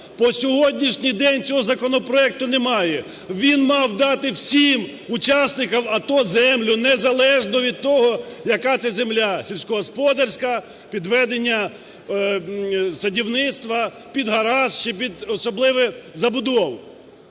По сьогоднішній день цього законопроекту немає. Він мав дати всім учасникам АТО землю, незалежно від того, яка це земля: сільськогосподарська, під ведення садівництва, під гараж чи під особливу забудову.